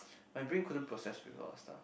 my brain couldn't process with a lot of stuff